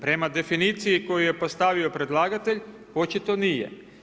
Prema definiciji koju je predstavio predlagatelj, očito nije.